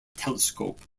telescope